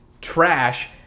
trash